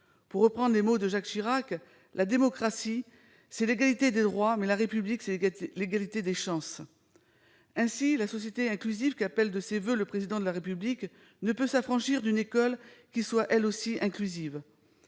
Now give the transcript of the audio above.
Pour reprendre les mots de Jacques Chirac, « la démocratie, c'est l'égalité des droits, mais la République, c'est l'égalité des chances ». Ainsi, la société inclusive qu'appelle de ses voeux le Président de la République ne peut s'affranchir d'une école qui soit elle aussi inclusive.